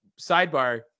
Sidebar